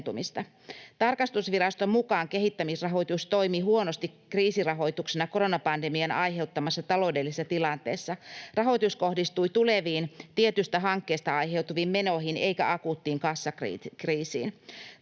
Tarkastusviraston mukaan kehittämisrahoitus toimi huonosti kriisirahoituksena koronapandemian aiheuttamassa taloudellisessa tilanteessa. Rahoitus kohdistui tuleviin tietystä hankkeesta aiheutuviin menoihin eikä akuuttiin kassakriisiin.